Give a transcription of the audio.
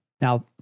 Now